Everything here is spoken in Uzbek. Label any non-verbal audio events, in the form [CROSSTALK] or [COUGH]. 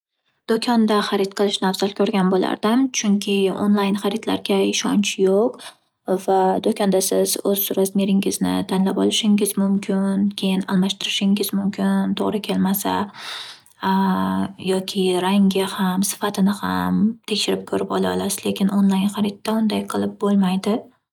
Do'konda harid qilishni afzal ko'rgan bo'lardim. Chunki onlayn haridlarga ishonch yo'q va do'konda siz o'z razmeringizni tanlab olishingiz mumkin keyin almashtirishingiz mumkin to'g'ri kelmasa. [HESITATION] Yoki rangi ham sifatini ham tekshirib ko'rib ola olasiz, lekin onlayn haridda unday qilib bo'lmaydi.